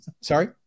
Sorry